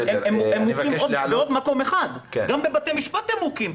גם בבתי המשפט הם מוכים.